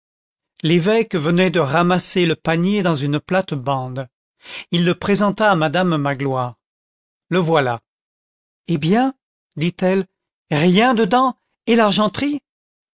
l'évêque venait de ramasser le panier dans une plate-bande il le présenta à madame magloire le voilà eh bien dit-elle rien dedans et l'argenterie